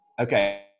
Okay